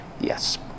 Yes